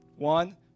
One